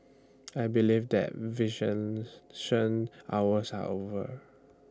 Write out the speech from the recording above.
I believe that hours are over